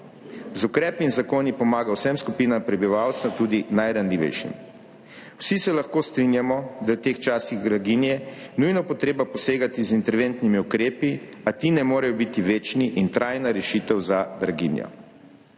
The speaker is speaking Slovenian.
Z ukrepi in zakoni, pomaga vsem skupinam prebivalstva, tudi najranljivejšim. Vsi se lahko strinjamo, da je v teh časih draginje nujno potrebno posegati z interventnimi ukrepi, a ti ne morejo biti večni in trajna rešitev za draginjo.